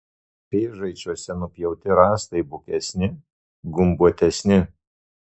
pėžaičiuose nupjauti rąstai bukesni gumbuotesni